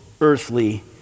earthly